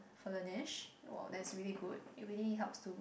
for Laneige !wow! that's really good it really helps to